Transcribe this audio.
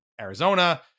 arizona